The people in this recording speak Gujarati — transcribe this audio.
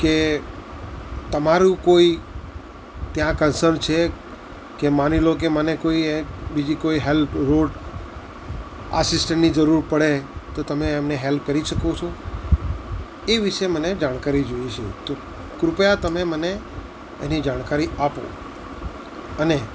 કે તમારું કોઈ ત્યાં કન્સલ છે કે માની લો કે મને કોઈએ બીજી કોઈ હેલ્પ રોડ આસિસ્ટન્ટની જરૂર પડે તો તમે એમને હેલ્પ કરી શકો છો એ વિશે મને જાણકારી જોઈએ છે તો કૃપયા તમે મને એની જાણકારી આપો અને